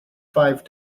five